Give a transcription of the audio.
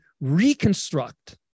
reconstruct